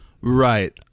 Right